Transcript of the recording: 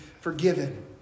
forgiven